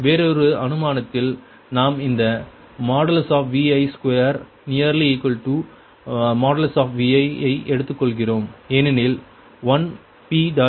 வேறொரு அனுமானத்தில் நாம் இந்த Vi2≅|Vi| ஐ எடுத்துக் கொள்கிறோம் ஏனெனில் 1 p